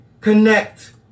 Connect